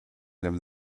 them